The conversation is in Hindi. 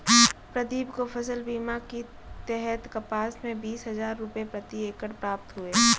प्रदीप को फसल बीमा के तहत कपास में बीस हजार रुपये प्रति एकड़ प्राप्त हुए